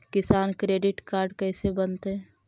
किसान credit card कैसे बनतै?